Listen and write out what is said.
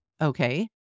Okay